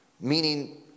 Meaning